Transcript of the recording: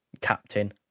captain